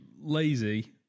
lazy